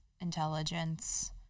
intelligence